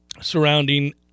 surrounding